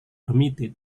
permitted